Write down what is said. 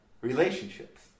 relationships